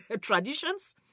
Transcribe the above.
traditions